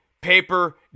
paper